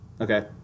Okay